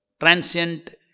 transient